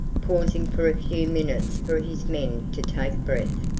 pausing for a few minutes for his men to take breath,